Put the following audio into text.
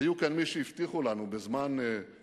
היו כאן מי שהבטיחו לנו בזמן ביצוע